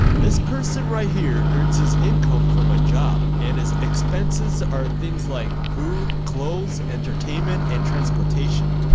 this person right here earns his income from a job and as expenses are things like food, clothes, entertainment, and transportation